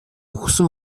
үхсэн